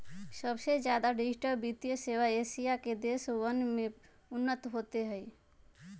सबसे ज्यादा डिजिटल वित्तीय सेवा एशिया के देशवन में उन्नत होते हई